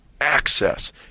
access